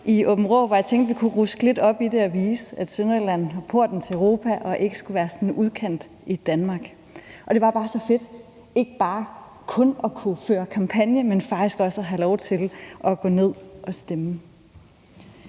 tænkte vi kunne ruske lidt op i det og vise, at Sønderjylland var porten til Europa og ikke skulle være sådan en udkant i Danmark. Det var bare så fedt ikke bare kun at kunne føre kampagne, men faktisk også at have lov til at gå ned at stemme.